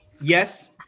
yes